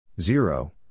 zero